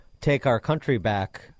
take-our-country-back